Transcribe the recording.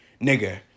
nigga